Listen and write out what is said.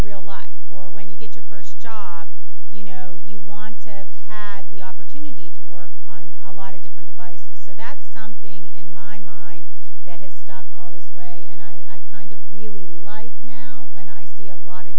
real life or when you get your first job you know you want to have the opportunity to work on a lot of different devices so that's something in my mind that has stuck all this way and i kind of really like now when i see a lot of